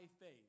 faith